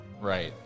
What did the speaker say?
Right